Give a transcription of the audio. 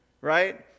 right